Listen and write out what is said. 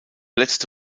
letzte